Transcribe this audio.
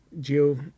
Geo